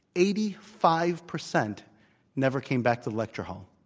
eighty five percent never came back to the lecture hall.